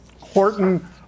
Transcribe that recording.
Horton